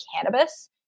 cannabis